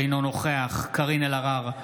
אינו נוכח קארין אלהרר,